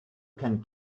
can